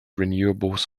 renewables